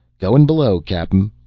goin' below, cap'n,